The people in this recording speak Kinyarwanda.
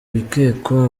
bikekwa